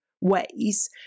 ways